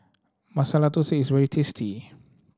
Masala Thosai is very tasty